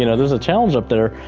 you know there's a challenge up there,